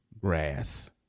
grass